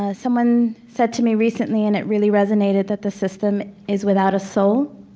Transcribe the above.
ah someone said to me recently and it really resonated, that the system is without a soul.